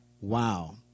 Wow